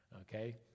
Okay